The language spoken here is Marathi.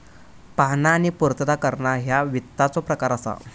पाहणा आणि पूर्तता करणा ह्या वित्ताचो प्रकार असा